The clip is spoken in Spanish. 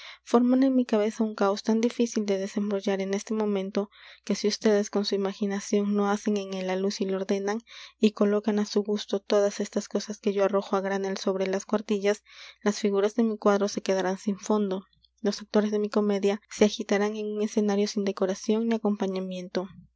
forman en mi cabeza un caos tan difícil de desembrollar en este momento que si ustedes con su imaginación no hacen en él la luz y lo ordenan y colocan á su gusto todas estas cosas que yo arrojo á granel sobre las cuartillas las figuras de mi cuadro se quedarán sin fondo los actores de mi comedia se agitarán en un escenario sin decoración ni acompañamiento